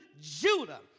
Judah